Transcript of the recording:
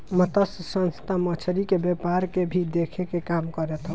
मतस्य संस्था मछरी के व्यापार के भी देखे के काम करत हवे